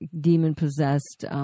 demon-possessed